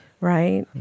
Right